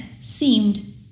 seemed